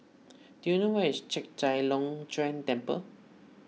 do you know where is Chek Chai Long Chuen Temple